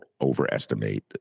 overestimate